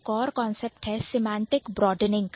एक और कांसेप्ट है Semantic Broadening सीमेंटिक ब्रॉडेनिंग